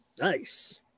Nice